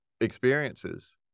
experiences